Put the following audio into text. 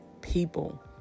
people